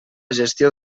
gestió